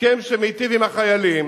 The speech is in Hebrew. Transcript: הסכם שמיטיב עם החיילים